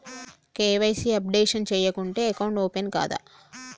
KYC updation చేయకుంటే account open కాదా?